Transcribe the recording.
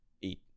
eat